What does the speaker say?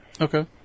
Okay